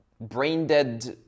brain-dead